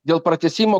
dėl pratęsimo